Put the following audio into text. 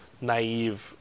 naive